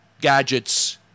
gadgets